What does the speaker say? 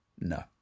No